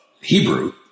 Hebrew